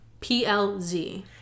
PLZ